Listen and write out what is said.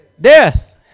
Death